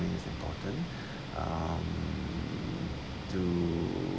is important um to